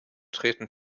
treten